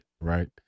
right